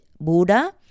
Buddha